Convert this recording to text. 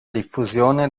diffusione